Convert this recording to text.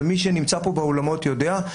ומי שנמצא פה באולמות יודע,